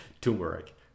turmeric